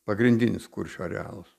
pagrindinis kuršių arealas